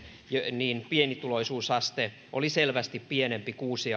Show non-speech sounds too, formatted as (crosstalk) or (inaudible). niin pienituloisuusaste oli selvästi pienempi kuusi (unintelligible)